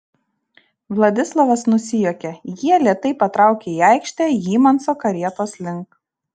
vladislovas nusijuokė jie lėtai patraukė į aikštę hymanso karietos link